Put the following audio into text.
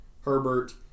Herbert